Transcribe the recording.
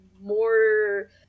more